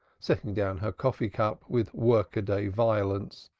setting down her coffee-cup with work-a-day violence.